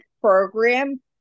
program